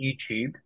YouTube